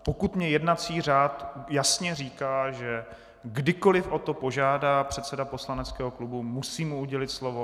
Pokud mi jednací řád jasně říká, že kdykoli o to požádá předseda poslaneckého klubu, musím mu udělit slovo.